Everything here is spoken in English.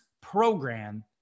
program